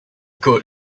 goat